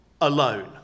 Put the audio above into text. alone